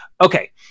Okay